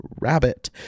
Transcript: Rabbit